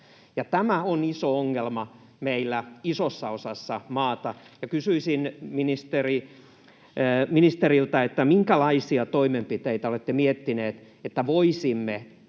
Tämä on iso ongelma meillä isossa osassa maata, ja kysyisin ministeriltä: minkälaisia toimenpiteitä olette miettineet, jotta voisimme taata